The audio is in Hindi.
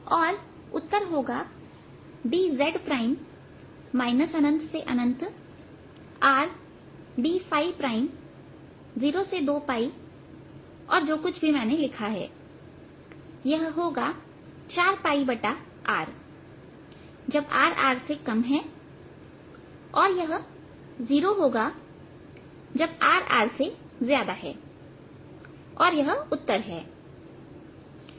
और उत्तर होगा ∞ dz 02 Rdऔर जो कुछ भी मैंने लिखा है यह होगा 4Rजब rR और यह 0 होगा जब rR है और यह उत्तर है